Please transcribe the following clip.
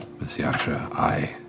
miss yasha, i